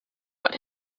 what